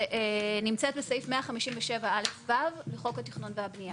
שנמצאת בסעיף 157(א)(ו) לחוק התכנון והבנייה.